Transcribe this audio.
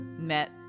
met